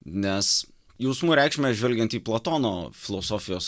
nes jausmų reikšmę žvelgiant į platono filosofijos